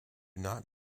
not